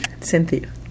Sentir